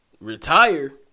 retire